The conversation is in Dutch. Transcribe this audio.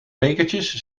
bekertjes